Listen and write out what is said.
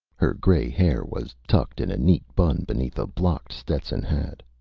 her gray hair was tucked in a neat bun beneath a blocked stetson hat.